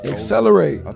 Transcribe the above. Accelerate